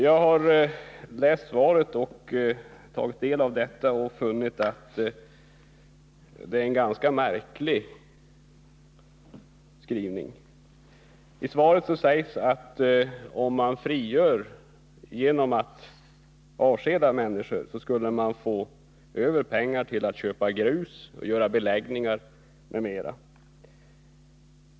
Jag har läst och tagit del av svaret och funnit att det är en ganska märklig skrivning. I svaret sägs att om man frigör resurser genom att avskeda människor, skulle man få pengar över till att köpa grus, göra beläggningar osv.